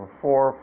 four